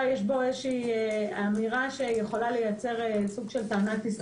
יש בו איזה שהיא אמירה שיכולה לייצר סוג של טענת הסתייגות.